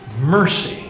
mercy